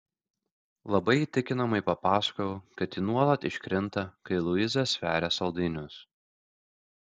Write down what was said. labai įtikinamai papasakojau kad ji nuolat iškrinta kai luiza sveria saldainius